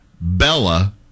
Bella